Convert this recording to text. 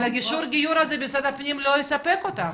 אבל אישור הגיור הזה לא יספק את משרד הפנים.